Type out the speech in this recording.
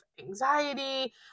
anxiety